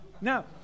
now